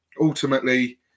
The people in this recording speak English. ultimately